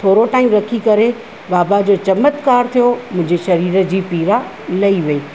थोरो टाइम रुकी करे बाबा जो चमत्कारु थियो मुंहिंजी शरीर जी पीड़ा लही वई